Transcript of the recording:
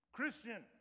Christian